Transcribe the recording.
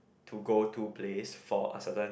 to go to place for a certain